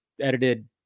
edited